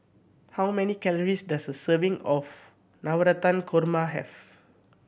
how many calories does a serving of Navratan Korma have